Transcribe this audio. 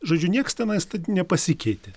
žodžiu nieks tenais taip nepasikeitė